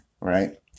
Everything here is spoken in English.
right